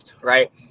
right